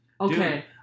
Okay